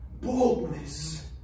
Boldness